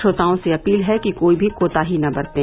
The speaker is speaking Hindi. श्रोताओं से अपील है कि कोई भी कोताही न बरतें